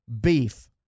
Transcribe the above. beef